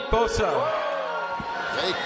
Bosa